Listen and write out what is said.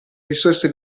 risorse